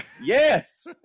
Yes